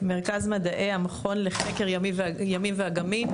מרכז מדעי, המכון לחקר ימים ואגמים.